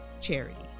charity